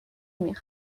تالین